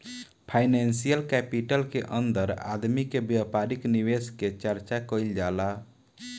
financial capital के अंदर आदमी के व्यापारिक निवेश के चर्चा कईल जाला